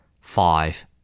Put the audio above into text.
Five